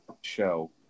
show